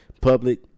public